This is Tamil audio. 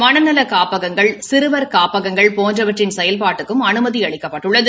மனநல காப்பகங்கள் சிறுவர் காப்பகங்கள் போன்றவற்றின் செயல்பாட்டுக்கும் அனுமதி அளிக்கப்பட்டுள்ளது